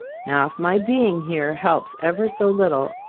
now if my being here helps ever so little,